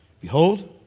Behold